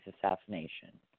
assassination